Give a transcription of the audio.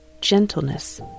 gentleness